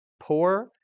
poor